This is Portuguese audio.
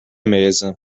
mesa